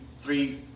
three